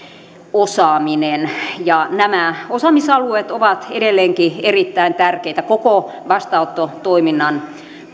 osaaminen ja nämä osaamisalueet ovat edelleenkin erittäin tärkeitä koko vastaanottotoiminnan